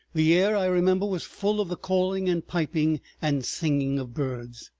the air, i remember, was full of the calling and piping and singing of birds.